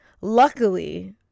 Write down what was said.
Luckily